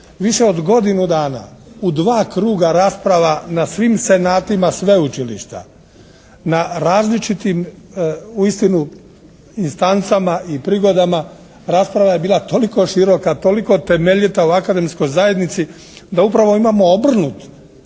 više od godinu dana u dva kruga rasprava na svim senatima sveučilišta, na različitim uistinu instancama i prigodama rasprava je bila toliko široka, toliko temeljita o akademskoj zajednici da upravo imamo obrnuto